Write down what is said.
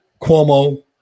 Cuomo